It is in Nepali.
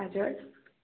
हजुर